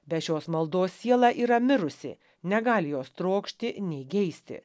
be šios maldos siela yra mirusi negali jos trokšti nei geisti